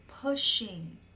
pushing